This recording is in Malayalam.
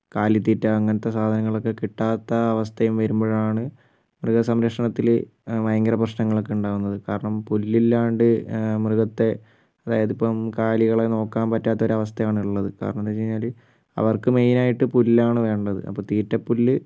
കാലിത്തീറ്റ അങ്ങനത്തെ സാധനങ്ങളൊക്കെ കിട്ടാത്ത അവസ്ഥയും വരുമ്പോഴാണ് മൃഗ സംരക്ഷണത്തിൽ ഭയങ്കര പ്രശ്നങ്ങളൊക്കെ ഉണ്ടാവുന്നത് കാരണം പുല്ലില്ലാണ്ട് മൃഗത്തെ അതായതിപ്പം കാലികളെ നോക്കാൻ പറ്റാത്ത ഒരവസ്ഥയാണ് ഉള്ളത് കാരണെന്താന്നു വെച്ചാൽ അവർക്ക് മെയിനായിട്ട് പുല്ലാണ് വേണ്ടത് അപ്പോൾ തീറ്റ പുല്ല്